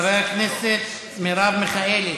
חבר הכנסת מרב מיכאלי.